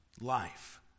life